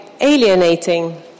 alienating